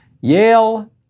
Yale